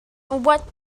what